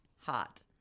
hot